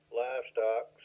livestock